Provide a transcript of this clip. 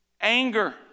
Anger